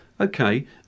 okay